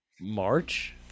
March